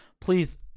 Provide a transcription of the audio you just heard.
please